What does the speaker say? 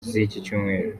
z’icyumweru